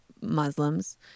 Muslims